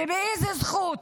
באיזו זכות?